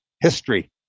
history